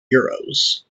euros